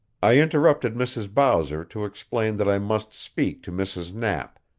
i interrupted mrs. bowser to explain that i must speak to mrs. knapp,